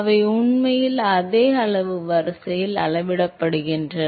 அவை உண்மையில் அதே அளவு வரிசையில் அளவிடப்படுகின்றன